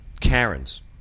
Karen's